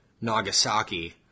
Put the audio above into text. Nagasaki